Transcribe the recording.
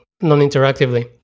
non-interactively